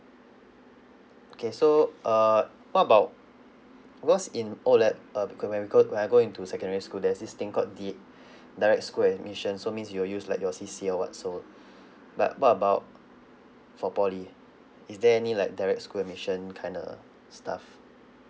okay so uh what about because in O level uh okay when we go when I go into secondary school there's this thing called di~ direct school admission so means you will use like your C_C_A or what so but what about for polytechnic is there any like direct school admission kind of stuff